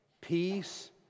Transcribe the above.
peace